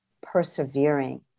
persevering